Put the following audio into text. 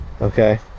okay